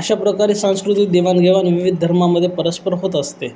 अशा प्रकारे सांस्कृतिक देवाणघेवाण विविध धर्मामध्ये परस्पर होत असते